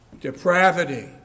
depravity